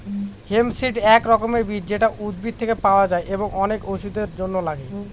hemp seed এক রকমের বীজ যেটা উদ্ভিদ থেকে পাওয়া যায় এবং অনেক ওষুধের জন্য লাগে